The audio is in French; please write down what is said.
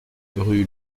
rue